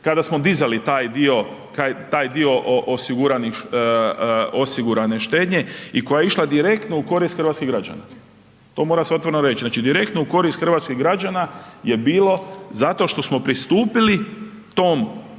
kada smo dizali taj dio osigurane štednje i koja je išla direktno u korist hrvatskih građana. To mora se otvoreno reći, znači direktno u korist hrvatskih građana je bilo zato što smo pristupili tom